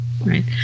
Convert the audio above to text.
Right